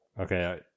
Okay